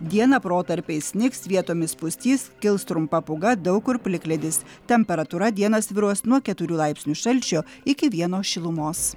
dieną protarpiais snigs vietomis pustys kils trumpa pūga daug kur plikledis temperatūra dieną svyruos nuo keturių laipsnių šalčio iki vieno šilumos